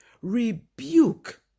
rebuke